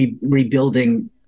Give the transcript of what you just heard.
rebuilding